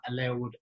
allowed